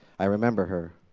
i remember her,